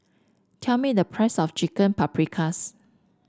tell me the price of Chicken Paprikas